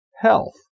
health